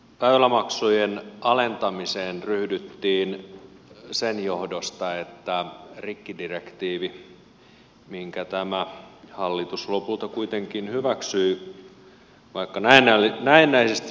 väylämaksujen alentamiseen ryhdyttiin sen johdosta että rikkidirektiivi minkä tämä hallitus lopulta kuitenkin hyväksyi vaikka näennäisesti sitä vastusti hyväksyttiin